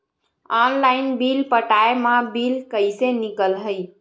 Online bill पटाय मा bill कइसे निकलही?